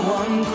one